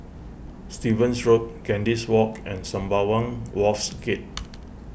Stevens Road Kandis Walk and Sembawang Wharves Gate